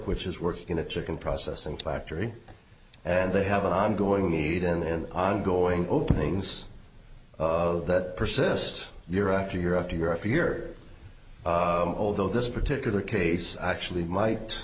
which is working in a chicken processing factory and they have an ongoing need and ongoing openings of that persist year after year after year after year old though this particular case actually might